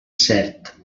cert